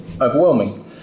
overwhelming